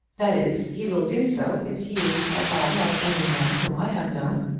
that is, he will do so if he is at all like any men whom i have known.